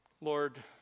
Lord